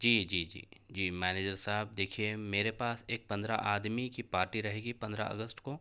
جی جی جی جی مینیجر صاحب دیکھیے میرے پاس ایک پندرہ آدمی کی پارٹی رہے گی پندرہ اگست کو